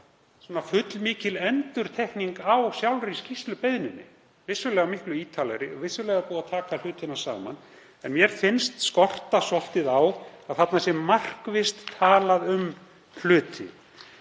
vera fullmikil endurtekning á sjálfri skýrslubeiðninni, vissulega miklu ítarlegri og vissulega búið að taka hlutina saman, en mér finnst skorta svolítið á að þarna sé markvisst talað um hluti.